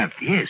Yes